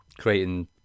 creating